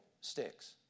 Sticks